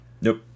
nope